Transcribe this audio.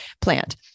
plant